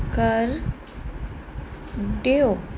ਕਰ ਦਿਓ